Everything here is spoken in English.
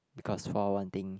because for one thing